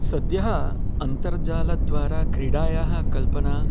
सद्यः अन्तर्जालद्वारा क्रीडायाः कल्पना